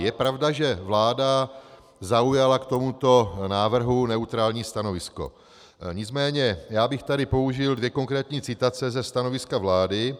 Je pravda, že vláda zaujala k tomuto návrhu neutrální stanovisko, nicméně já bych tady použil dvě konkrétní citace ze stanoviska vlády.